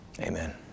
Amen